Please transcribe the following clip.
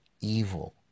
evil